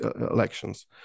elections